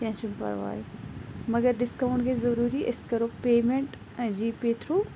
کینٛہہ چھُنہٕ پرواے مگر ڈِسکاوُنٛٹ گژھِ ضٔروٗری أسۍ کَرو پیمٮ۪نٛٹ جی پے تھرٛوٗ